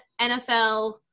NFL